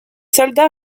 soldats